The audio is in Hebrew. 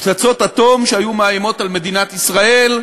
פצצות אטום שהיו מאיימות על מדינת ישראל,